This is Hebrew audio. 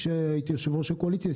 כשהייתי יושב ראש הקואליציה,